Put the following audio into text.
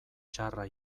txarra